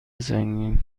سنگین